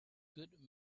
good